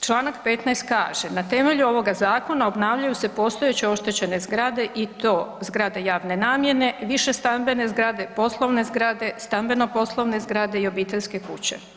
Članak 15. kaže, na temelju ovoga zakona obnavljaju se postojeće oštećene zgrade i to zgrade javne namjene, višestambene zgrade, poslovne zgrade, stambeno-poslovne zgrade i obiteljske kuće.